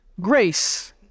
grace